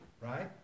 right